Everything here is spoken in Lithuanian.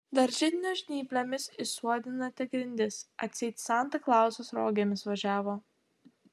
dar židinio žnyplėmis išsuodinate grindis atseit santa klausas rogėmis važiavo